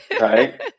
Right